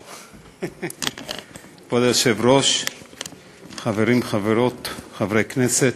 כבוד היושב-ראש, חברים, חברות, חברי הכנסת,